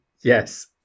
Yes